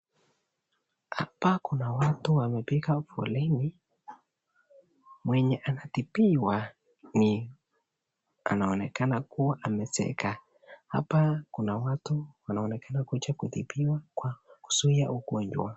Hapa kuna watu wamepiga foleni, mwenye anatibiwa anaonekana kuwa amezeeka, hapa kuna watu wanakuja kujipima ili kuzuia ugonjwa.